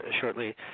shortly